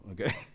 okay